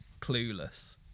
clueless